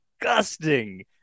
disgusting